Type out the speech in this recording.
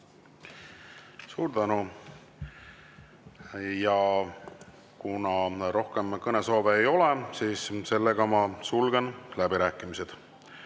Suur tänu! Kuna rohkem kõnesoove ei ole, siis ma sulgen läbirääkimised.